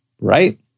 Right